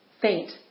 faint